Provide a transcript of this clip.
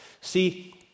See